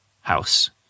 house